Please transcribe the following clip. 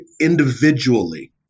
individually